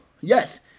yes